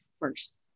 first